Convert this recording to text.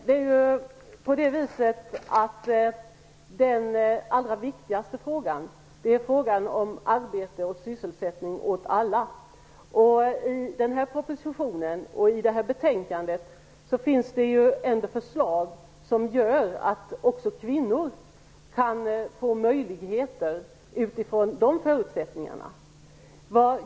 Herr talman! Den allra viktigaste frågan är arbete och sysselsättning åt alla. I propositionen och i betänkandet finns det ändå förslag som gör att också kvinnor kan få möjligheter utifrån de förutsättningarna.